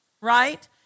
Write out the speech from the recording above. right